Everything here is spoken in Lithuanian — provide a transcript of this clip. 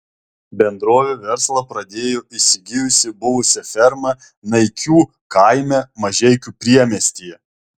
bendrovė verslą pradėjo įsigijusi buvusią fermą naikių kaime mažeikių priemiestyje